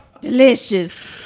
Delicious